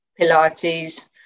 pilates